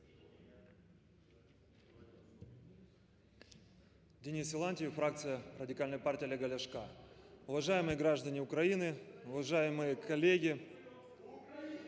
Денис Силантьев, фракция Радикальной партии Олега Ляшка. Уважаемые граждане Украины, уважаемые коллеги…